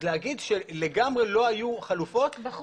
אז להגיד שלגמרי לא היו חלופות זה לא מדוייק.